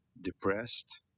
depressed